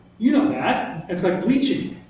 you know that. it's like bleaching.